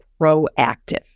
proactive